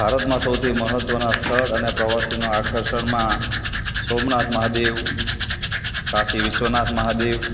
ભારતના સૌથી મહત્ત્વનાં સ્થળ અને પ્રવાસીનાં આકર્ષણમાં સોમનાથ મહાદેવ કાશી વિશ્વનાથ મહાદેવ